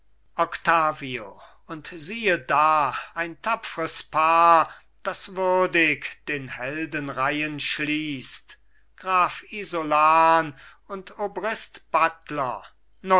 und siehe da ein tapfres paar das würdig den heldenreihen schließt graf isolan und obrist buttler